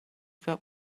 got